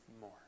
more